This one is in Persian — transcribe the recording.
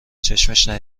چشم